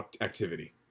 activity